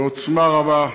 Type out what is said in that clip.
בעוצמה רבה,